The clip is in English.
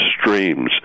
streams